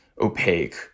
opaque